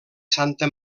santa